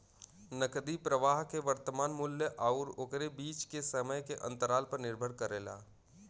नकदी प्रवाह के वर्तमान मूल्य आउर ओकरे बीच के समय के अंतराल पर निर्भर करेला